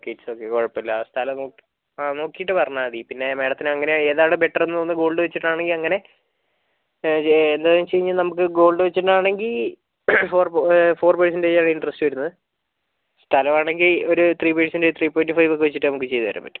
ആ it is okay കുഴപ്പമില്ല സ്ഥലം ആ നോക്കീട്ട് പറഞ്ഞാൽ മതി പിന്നെ മാഡത്തിന് അങ്ങനെ ഏതാണ് ബെറ്റർ എന്ന് തോന്നുന്നത് ഗോൾഡ് വെച്ചിട്ട് ആണെങ്കിൽ അങ്ങനെ എന്താണെന്ന് വെച്ച് കഴിഞ്ഞാൽ ഗോൾഡ് വെച്ചിട്ട് ആണെങ്കിൽ ഫോർ പെർസെൻ്റെജ് ആണ് ഇന്ട്രെസ്റ് വരുന്നത് സ്ഥലം ആണെങ്കിൽ ഒരു three percentage three point five വെച്ചിട്ട് നമുക്ക് ചെയ്ത് തരാൻ പറ്റും